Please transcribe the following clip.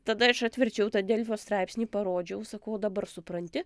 tada aš atverčiau tą delfio straipsnį parodžiau sakau o dabar supranti